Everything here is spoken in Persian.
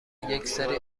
یکسری